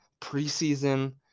preseason